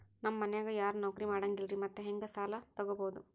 ನಮ್ ಮನ್ಯಾಗ ಯಾರೂ ನೌಕ್ರಿ ಮಾಡಂಗಿಲ್ಲ್ರಿ ಮತ್ತೆಹೆಂಗ ಸಾಲಾ ತೊಗೊಬೌದು?